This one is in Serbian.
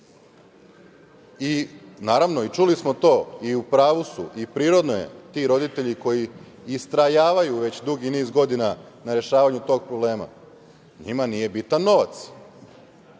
nebuloza. Naravno, i čuli smo to i u pravu su i prirodno je, ti roditelji koji istrajavaju već dugi niz godina na rešavanju tog problema, njima nije bitan novac.